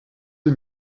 sie